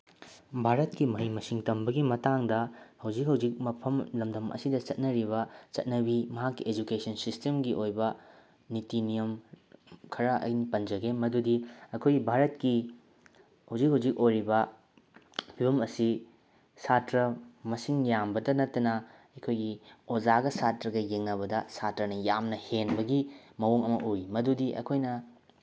ꯚꯥꯔꯠꯀꯤ ꯃꯍꯩ ꯃꯁꯤꯡ ꯇꯝꯕꯒꯤ ꯃꯇꯥꯡꯗ ꯍꯧꯖꯤꯛ ꯍꯧꯖꯤꯛ ꯃꯐꯝ ꯂꯝꯗꯝ ꯑꯁꯤꯗ ꯆꯠꯅꯔꯤꯕ ꯆꯠꯅꯕꯤ ꯃꯍꯥꯛꯀꯤ ꯑꯦꯖꯨꯀꯦꯁꯟ ꯁꯤꯁꯇꯦꯝꯒꯤ ꯑꯣꯏꯕ ꯅꯤꯇꯤ ꯅꯤꯌꯣꯝ ꯈꯔ ꯑꯩꯅ ꯄꯟꯖꯒꯦ ꯃꯗꯨꯗꯤ ꯑꯩꯈꯣꯏꯒꯤ ꯚꯥꯔꯠꯀꯤ ꯍꯧꯖꯤꯛ ꯍꯧꯖꯤꯛ ꯑꯣꯏꯔꯤꯕ ꯐꯤꯕꯝ ꯑꯁꯤ ꯁꯥꯇ꯭ꯔ ꯃꯁꯤꯡ ꯌꯥꯝꯕꯇ ꯅꯠꯇꯅ ꯑꯩꯈꯣꯏꯒꯤ ꯑꯣꯖꯥꯒ ꯁꯥꯇ꯭ꯔꯒ ꯌꯦꯡꯅꯕꯗ ꯁꯥꯇ꯭ꯔꯅ ꯌꯥꯝꯅ ꯍꯦꯟꯕꯒꯤ ꯃꯑꯣꯡ ꯑꯃ ꯎꯏ ꯃꯗꯨꯗꯤ ꯑꯩꯈꯣꯏꯅ